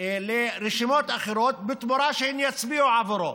לרשימות אחרות בתמורה שהן יצביעו עבורו.